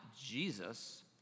Jesus